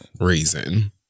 reason